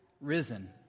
risen